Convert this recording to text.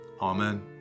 Amen